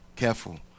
Careful